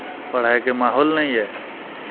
पढ़ाइके माहौल नहि यए